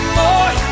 more